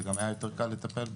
זה גם היה יותר קל לטפל בו.